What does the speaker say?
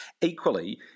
Equally